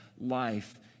life